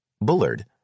Bullard